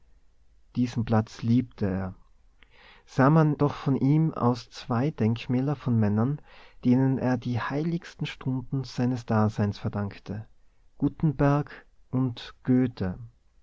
diesen platz liebte er sah man doch von ihm aus zwei denkmäler von männern denen er die heiligsten stunden seines daseins verdankte gutenberg und goethe